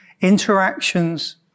interactions